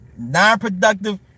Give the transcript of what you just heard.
nonproductive